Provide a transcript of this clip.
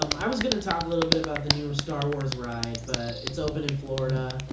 um i was gonna talk a little bit about the new star wars ride, but it's open in florida.